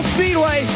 Speedway